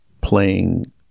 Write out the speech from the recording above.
playing